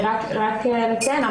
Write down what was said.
ורק לציין,